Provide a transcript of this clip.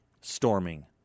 storming